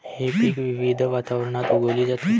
हे पीक विविध वातावरणात उगवली जाते